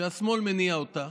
שהשמאל מניע אותה,